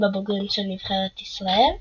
בבוגרים של נבחרת ישראל,